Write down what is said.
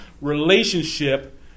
relationship